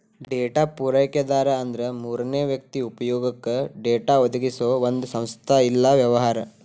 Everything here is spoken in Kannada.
ಡೇಟಾ ಪೂರೈಕೆದಾರ ಅಂದ್ರ ಮೂರನೇ ವ್ಯಕ್ತಿ ಉಪಯೊಗಕ್ಕ ಡೇಟಾ ಒದಗಿಸೊ ಒಂದ್ ಸಂಸ್ಥಾ ಇಲ್ಲಾ ವ್ಯವಹಾರ